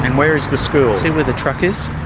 and where is the school? see where the truck is?